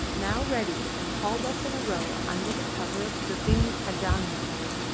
now ready and hauled up in a row under the cover of dripping kajang-mats.